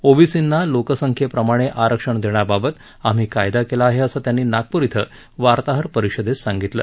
ओबीर्सींना लोकसंख्येप्रमाण आरक्षण देण्याबाबत आम्ही कायदा केला आहे असं त्यांनी नागप्र इथं वार्ताहर परिषदेत सांगितलं